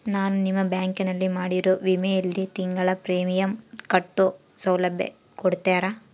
ನಾನು ನಿಮ್ಮ ಬ್ಯಾಂಕಿನಲ್ಲಿ ಮಾಡಿರೋ ವಿಮೆಯಲ್ಲಿ ತಿಂಗಳ ಪ್ರೇಮಿಯಂ ಕಟ್ಟೋ ಸೌಲಭ್ಯ ಕೊಡ್ತೇರಾ?